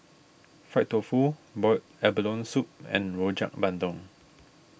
Fried Tofu Boiled Abalone Soup and Rojak Bandung